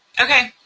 okay.